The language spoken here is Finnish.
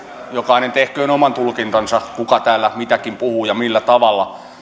jokainen tehköön oman tulkintansa kuka täällä mitäkin puhuu ja millä tavalla